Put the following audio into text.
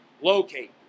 locate